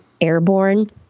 airborne